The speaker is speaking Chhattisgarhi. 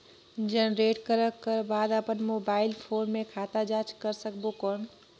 जनरेट करक कर बाद अपन मोबाइल फोन मे खाता जांच कर सकबो कौन?